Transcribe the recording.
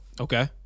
Okay